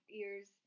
ears